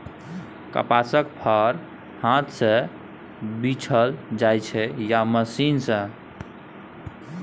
कपासक फर हाथ सँ बीछल जाइ छै या मशीन सँ